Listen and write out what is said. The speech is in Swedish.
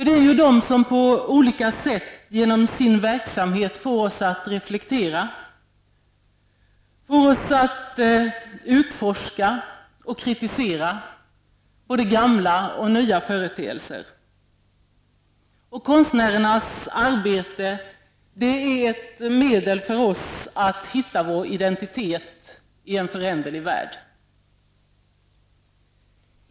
Det är ju de som på olika sätt genom sin verksamhet får oss att reflektera, att utforska och kritisera både gamla och nya företeelser. Konstnärernas arbete är ett medel för oss att hitta vår identitet i en föränderlig värld.